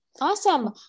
Awesome